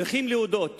צריכים להודות